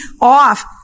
off